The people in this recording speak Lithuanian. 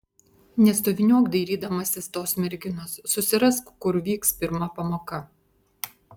nestoviniuok dairydamasi tos merginos susirask kur vyks pirma pamoka